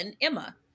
Emma